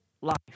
life